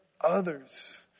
others